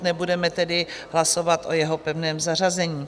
Nebudeme tedy hlasovat o jeho pevném zařazení.